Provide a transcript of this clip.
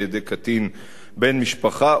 על-ידי קטין בן משפחה,